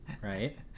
right